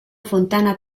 fontana